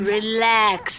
Relax